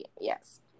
yes